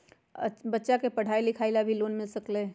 बच्चा के पढ़ाई लिखाई ला भी लोन मिल सकेला?